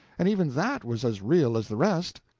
and even that was as real as the rest!